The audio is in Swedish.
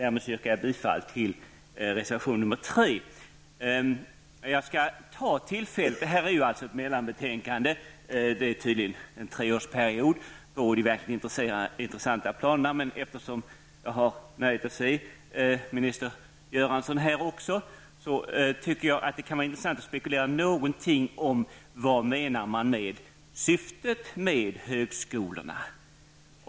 Jag yrkar därmed bifall till reservation nr Detta är ett mellanbetänkande. De verkligt intressanta planerna behandlas tydligen vart tredje år. Eftersom jag ser minister Göransson här i kammaren, kan det också vara intressant att något spekulera i vad som är syftet med högskolorna.